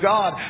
God